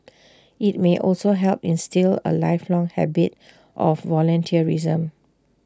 IT may also help instil A lifelong habit of volunteerism